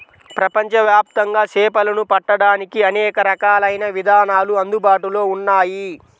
ప్రపంచవ్యాప్తంగా చేపలను పట్టడానికి అనేక రకాలైన విధానాలు అందుబాటులో ఉన్నాయి